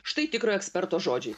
štai tikro eksperto žodžiai